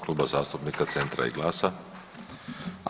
Kluba zastupnika Centra i GLAS-a.